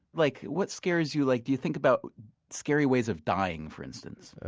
like what scares you like do you think about scary ways of dying, for instance?